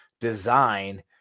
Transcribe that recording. design